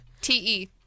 T-E